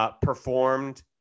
performed